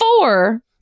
four